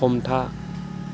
हमथा